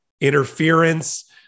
interference